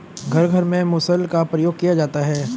घर घर में मुसल का प्रयोग किया जाता है